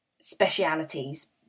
specialities